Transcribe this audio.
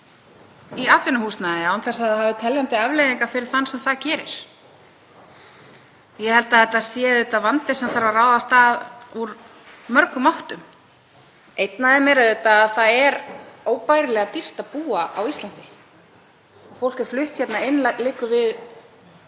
í atvinnuhúsnæði án þess að það hafi teljandi afleiðingar fyrir þann sem það gerir. Ég held að þetta sé vandi sem þarf að ráðast að úr mörgum áttum. Eitt af því er auðvitað að það er óbærilega dýrt að búa á Íslandi. Fólk er flutt hingað inn liggur við